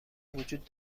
وجود